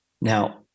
Now